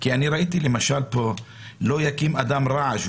לא יקים אדם רעש,